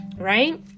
right